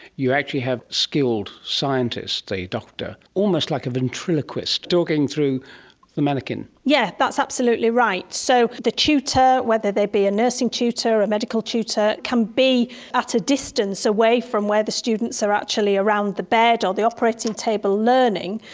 you actually have skilled scientists, the doctor, almost like a ventriloquist, talking through the manikin. yes, yeah that's absolutely right. so the tutor, whether they be a nursing tutor or a medical tutor, can be at a distance away from where the students are actually around the bed or the operating table learning,